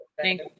Thank